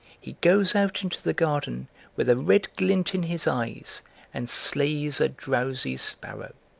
he goes out into the garden with a red glint in his eyes and slays a drowsy sparrow.